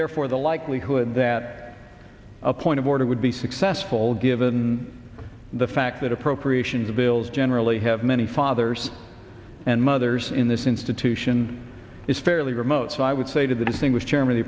therefore the likelihood that a point of order would be successful given the fact that appropriation bills generally have many fathers and mothers in this institution is fairly remote so i would say to the disting